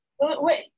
Wait